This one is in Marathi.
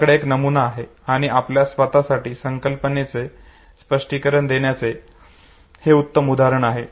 आपल्याकडे एक नमुना आहे आणि आपल्या स्वतःसाठी संकल्पनेचे स्पष्टीकरण देण्याचे हे उत्तम उदाहरण आहे